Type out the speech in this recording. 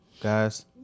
guys